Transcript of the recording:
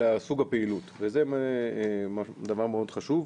אלא על סוג הפעילות וזה דבר מאוד חשוב.